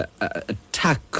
attack